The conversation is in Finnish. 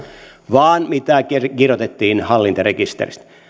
vaan siitä mitä kirjoitettiin hallintarekisteristä